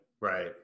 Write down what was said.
right